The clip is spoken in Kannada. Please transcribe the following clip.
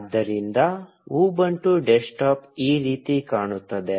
ಆದ್ದರಿಂದ ಉಬುಂಟು ಡೆಸ್ಕ್ಟಾಪ್ ಈ ರೀತಿ ಕಾಣುತ್ತದೆ